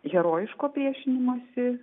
herojiško priešinimosi